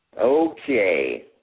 Okay